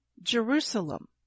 Jerusalem